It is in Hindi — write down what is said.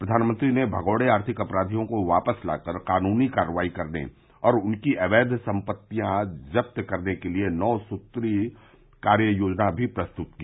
प्रधानमंत्री ने भगौड़े आर्थिक अपराधियों को वापस लाकर कानूनी कार्रवाई करने और उनकी अवैध संपत्तियां जब्त करने के लिए नौ सूत्री कार्ययोजना भी प्रस्तुत की